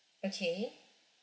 okay